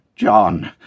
John